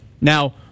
Now